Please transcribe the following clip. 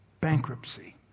bankruptcy